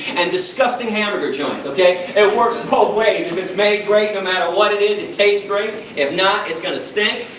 and disgusting hamburger joints, okay? it works both ways. if it's made great, no matter what it is, it tastes great, if not, it's going to stink.